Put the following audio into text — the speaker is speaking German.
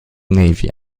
navy